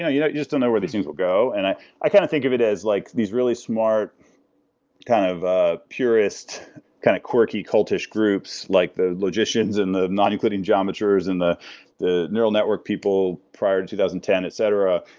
yeah you just don't know where these things will go. and i i kind of think of it as like these really smart kind of ah purist kind of quirky cultish groups, like the logicians and the non euclidean geometers and the the neural network people prior to two thousand and ten, etc.